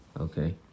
Okay